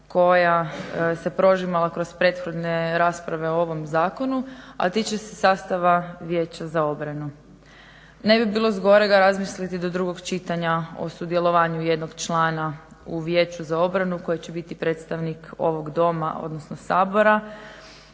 koja se prožimala kroz prethodne rasprave o ovom zakonu, a tiče se sastava Vijeća za obranu. Ne bi bilo zgorega razmisliti do drugog čitanja o sudjelovanju jednog člana u Vijeću za obranu koji će biti predstavnik ovog Doma, odnosno Sabora.